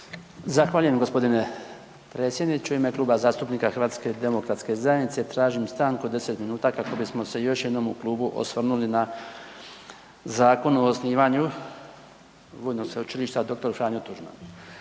Zahvaljujem g. predsjedniče. U ime Kluba zastupnika HDZ-a tražim stanku od 10 min kako bismo se još jednom u klubu osvrnuli na Zakon o osnivanju Vojnog sveučilišta dr. Franjo Tuđman